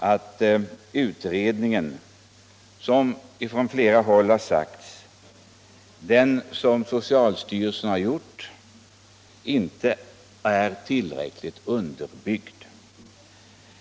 Den utredning som socialstyrelsen gjort är helt enkelt, såsom sagts från flera håll, inte tillräckligt underbyggd.